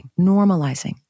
normalizing